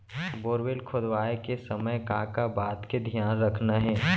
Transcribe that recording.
Borewell खोदवाए के समय का का बात के धियान रखना हे?